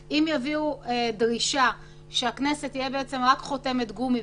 אני רוצה להציג פה את הנתונים הנכונים להבוקר,